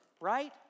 right